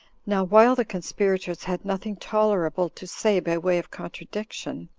now while the conspirators had nothing tolerable to say by way of contradiction,